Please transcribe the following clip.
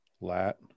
lat